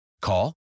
Call